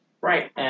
Right